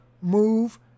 move